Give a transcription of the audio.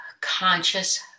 conscious